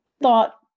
thought